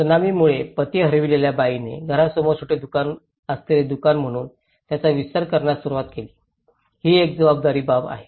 सुनामीमुळे पती हरवलेल्या बाईने घरासमोर छोटे दुकान असलेले दुकान म्हणून त्याचा विस्तार करण्यास सुरुवात केली ही एक महत्वाची बाब आहे